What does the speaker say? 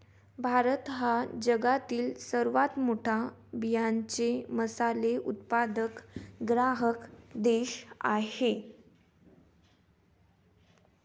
भारत हा जगातील सर्वात मोठा बियांचे मसाले उत्पादक ग्राहक देश आहे